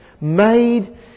Made